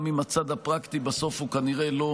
גם אם הצד הפרקטי בסוף הוא כנראה לא